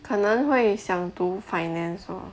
可能会想读 finance lor